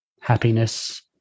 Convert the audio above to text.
happiness